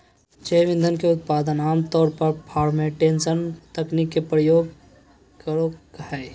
जैव ईंधन के उत्पादन आम तौर पर फ़र्मेंटेशन तकनीक के प्रयोग करो हइ